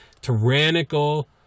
tyrannical